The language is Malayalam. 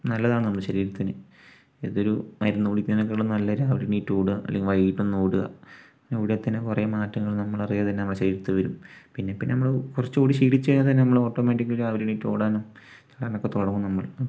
നല്ലതാണ് നമ്മുടെ ശരീരത്തിന് അതൊരു മരുന്ന് കുടിക്കുന്നതിനേക്കാളും നല്ലതു രാവിലെ എണീറ്റോടുക അല്ലെങ്കിൽ വൈകീട്ടൊന്നോടുക അങ്ങിനെ ഓടിയാൽത്തന്നെ കുറേ മാറ്റങ്ങൾ നമ്മളറിയാതെ തന്നെ നമ്മുടെ ശരീരത്തിൽ വരും പിന്നെപ്പിന്നെ നമ്മൾ കുറച്ചുകൂടി ശീലിച്ചുകഴിഞ്ഞാൽ തന്നെ നമ്മൾ ഓട്ടോമാറ്റിക്കലി രാവിലെ എണീറ്റോടാനും ചാടാനുമൊക്കെ തുടങ്ങും നമ്മൾ അപ്പോൾ ഒന്ന്